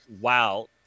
wow